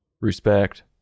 Respect